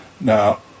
now